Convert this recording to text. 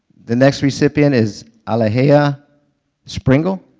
the next recipient is alajeia springle.